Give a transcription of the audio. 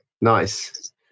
Nice